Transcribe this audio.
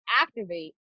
activate